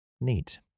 Neat